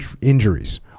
injuries